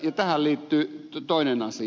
tähän liittyy toinen asia